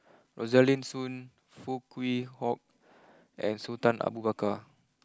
Rosaline Soon Foo Kwee Horng and Sultan Abu Bakar